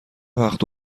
وقت